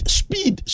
speed